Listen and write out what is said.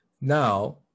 Now